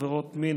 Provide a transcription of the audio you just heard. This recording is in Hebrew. עבירות מין,